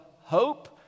hope